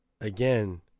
again